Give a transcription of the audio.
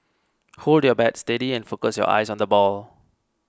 hold your bat steady and focus your eyes on the ball